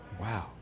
Wow